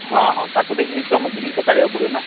ହଁ ହଁ ତାକୁ ଦେଖିକି ତୁମ ଜିନିଷ କାଢ଼ିବାକୁ ପଡ଼ିବ ନା